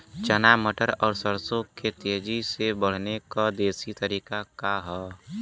चना मटर और सरसों के तेजी से बढ़ने क देशी तरीका का ह?